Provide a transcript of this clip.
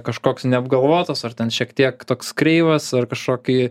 kažkoks neapgalvotas ar ten šiek tiek toks kreivas tu ar kažkokį